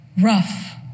rough